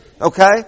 Okay